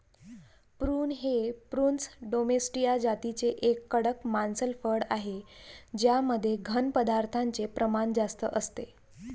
prune हे prunus domestica जातीचे एक कडक मांसल फळ आहे ज्यामध्ये घन पदार्थांचे प्रमाण जास्त असते